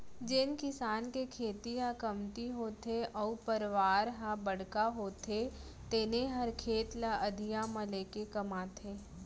जेन किसान के खेती ह कमती होथे अउ परवार ह बड़का होथे तेने हर खेत ल अधिया म लेके कमाथे